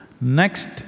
Next